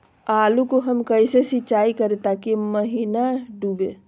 आलू को हम कैसे सिंचाई करे ताकी महिना डूबे?